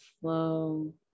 flow